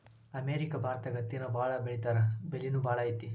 America ಭಾರತದಾಗ ಹತ್ತಿನ ಬಾಳ ಬೆಳಿತಾರಾ ಬೆಲಿನು ಬಾಳ ಐತಿ